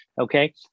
Okay